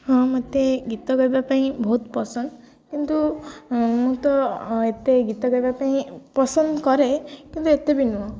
ହଁ ମୋତେ ଗୀତ ଗାଇବା ପାଇଁ ବହୁତ ପସନ୍ଦ କିନ୍ତୁ ମୁଁ ତ ଏତେ ଗୀତ ଗାଇବା ପାଇଁ ପସନ୍ଦ କରେ କିନ୍ତୁ ଏତେ ବି ନୁହଁ